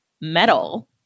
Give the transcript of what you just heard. metal